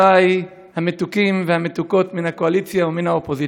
וחברותי המתוקים והמתוקות מן הקואליציה ומן האופוזיציה,